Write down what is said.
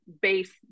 base